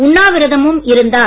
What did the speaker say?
உண்ணாவிரதமும் இருந்தார்